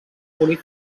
polir